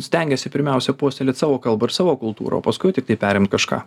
stengiasi pirmiausia puoselėt savo kalbą ir savo kultūrą o paskui tiktai perimt kažką